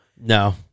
No